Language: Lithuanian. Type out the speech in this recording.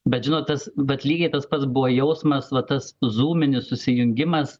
bet žinot tas bet lygiai tas pats buvo jausmas va tas zūminis susijungimas